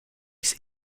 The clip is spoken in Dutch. zijn